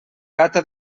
gata